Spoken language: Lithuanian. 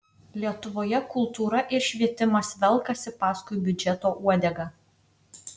lietuvoje kultūra ir švietimas velkasi paskui biudžeto uodegą